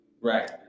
Right